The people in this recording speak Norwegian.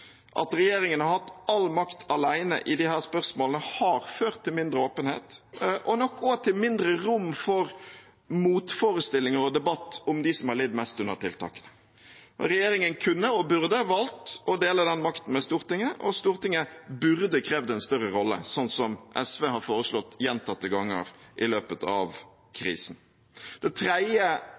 At regjeringen har hatt all makt alene i disse spørsmålene, har ført til mindre åpenhet, og nok også til mindre rom for motforestillinger og debatt om dem som har lidd mest under tiltakene. Regjeringen kunne og burde valgt å dele den makten med Stortinget, og Stortinget burde krevd en større rolle, slik som SV har foreslått gjentatte ganger i løpet av krisen. Det tredje